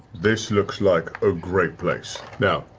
this looks like a great place. now,